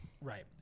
Right